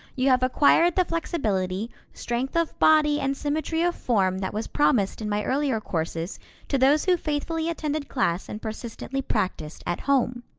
you have acquired the flexibility, strength of body and symmetry of form that was promised in my earlier courses to those who faithfully attended class and persistently practiced at home.